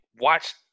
watch